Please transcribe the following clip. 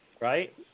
right